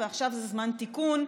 ועכשיו זה זמן תיקון,